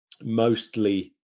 mostly